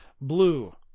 blue